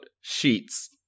sheets